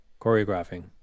choreographing